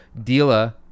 Dila